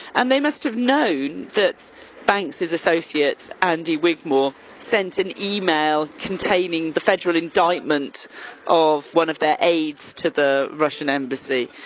and they must have known that banks's associates andy wigmore sent an email containing the federal indictment of of one of their aides to the russian embassy.